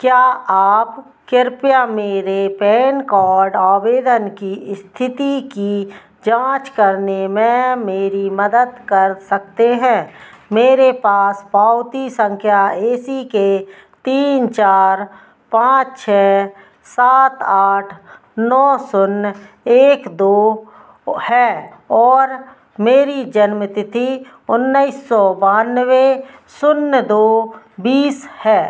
क्या आप कृपया मेरे पैन कार्ड आवेदन की इस्थिति की जाँच करने में मेरी मदद कर सकते हैं मेरे पास पावती सँख्या ए सी के तीन चार पाँच छह सात आठ नौ शून्य एक दो है और मेरी जन्मतिथि उन्नीस सौ बानवे शून्य दो बीस है